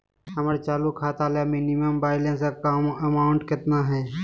हमर चालू खाता ला मिनिमम बैलेंस अमाउंट केतना हइ?